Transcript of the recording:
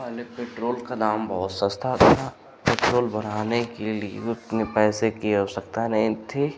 पहले पेट्रोल का दाम बहुत सस्ता था पेट्रोल भराने के लिए पैसे की आवश्यकता नहीं थी